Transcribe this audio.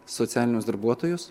socialinius darbuotojus